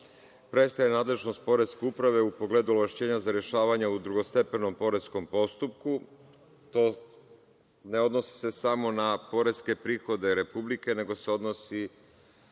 prestaje nadležnost Poreske uprave u pogledu ovlašćenja za rešavanje u drugostepenom poreskom postupku. To se ne odnosi samo na poreske prihode republike, nego se odnosi